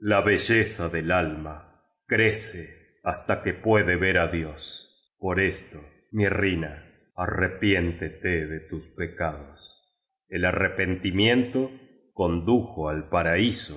la belleza del alma crece basta que puede ver á dios por esto mirrina arrepiéntete de tus pecados el arrepentimiento condujo al paraíso